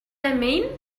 mean